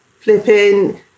flipping